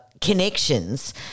Connections